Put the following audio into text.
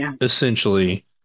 essentially